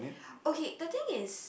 okay the thing is